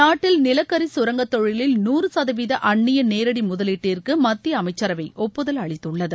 நாட்டில் நிலக்கரி கரங்கத் தொழிலில் நூறு சதவீத அந்நிய நேரடி முதலீட்டிற்கு மத்திய அமைச்சரவை ஒப்புதல் அளித்துள்ளது